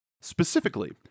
specifically